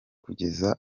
kugeza